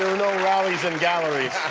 no rallies in galleries.